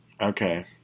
Okay